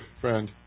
friend